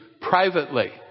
Privately